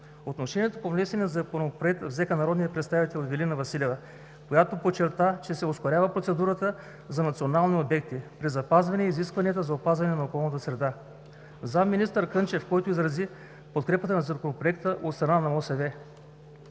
Отношение по внесения Законопроект взеха: народният представител Ивелина Василева, която подчерта, че се ускорява процедурата за национални обекти, при запазване изискванията за опазване на околната среда; заместник-министър Кънчев, който изрази подкрепата на Законопроекта от страна на МОСВ;